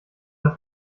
das